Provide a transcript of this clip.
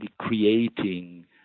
creating